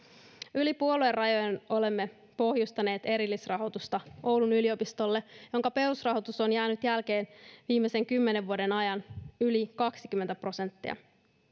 yli puoluerajojen olemme pohjustaneet erillisrahoitusta oulun yliopistolle jonka perusrahoitus on jäänyt jälkeen viimeisen kymmenen vuoden ajan yli kaksikymmentä prosenttia